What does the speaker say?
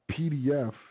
PDF